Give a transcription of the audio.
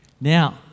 Now